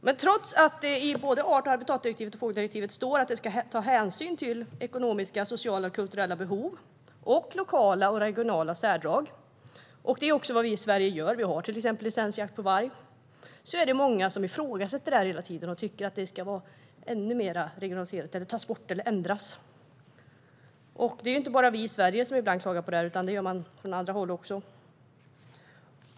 Men trots att det i både art och habitatdirektivet och fågeldirektivet står att man ska ta hänsyn till ekonomiska, sociala och kulturella behov samt lokala och regionala särdrag - vilket vi också gör i Sverige; vi har till exempel licensjakt på varg - är det många som hela tiden ifrågasätter det här och tycker att det ska vara ännu mer regionaliserat, tas bort eller ändras. Det är inte bara vi i Sverige som ibland klagar på detta, utan det gör man från andra håll också.